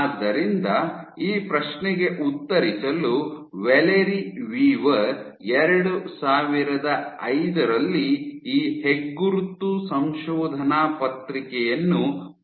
ಆದ್ದರಿಂದ ಈ ಪ್ರಶ್ನೆಗೆ ಉತ್ತರಿಸಲು ವ್ಯಾಲೆರಿ ವೀವರ್ 2005 ರಲ್ಲಿ ಈ ಹೆಗ್ಗುರುತು ಸಂಶೋಧನಾ ಪತ್ರಿಕೆಯನ್ನು ಪ್ರಕಟಿಸಿದರು